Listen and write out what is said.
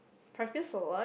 practice for what